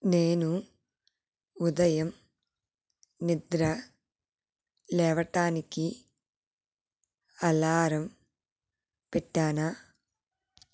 నేను ఉదయం నిద్ర లేవడానికి అలారం పెట్టానా